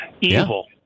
evil